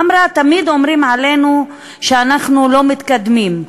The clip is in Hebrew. היא אמרה: תמיד אומרים עלינו שאנחנו לא מתקדמים,